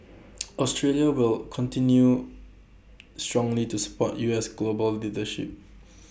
Australia will continue strongly to support U S global leadership